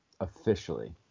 officially